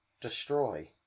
destroy